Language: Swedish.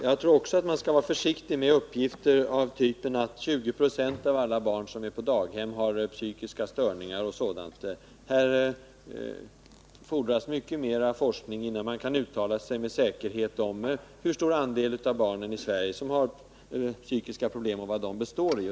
Jag tror också att man skall vara försiktig med uppgifter av typen att 20 926 av alla barn som är på daghem har psykiska störningar och sådant. Här fordras mycket mera forskning, innan man kan uttala sig med säkerhet om hur stor andel av barnen som har psykiska problem och vad de består i.